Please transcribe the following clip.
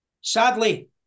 Sadly